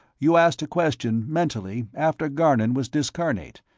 you asked a question, mentally, after garnon was discarnate,